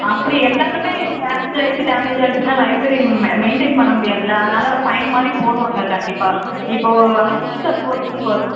அப்படி எல்லாருமே டேமேஜாகிடுச்சு டேமேஜாகிடுச்சுன்னா லைப்ரரியம் மெய்ன்டெயின் பண்ண முடியாதுல்ல அதனால் ஃபைன் போடுவாங்க கண்டிப்பாக இப்போ அந்த புக்ஸை பொறுத்து வரும்